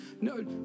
no